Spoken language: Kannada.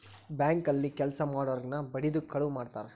ಬ್ಯಾಂಕ್ ಅಲ್ಲಿ ಕೆಲ್ಸ ಮಾಡೊರ್ನ ಬಡಿದು ಕಳುವ್ ಮಾಡ್ತಾರ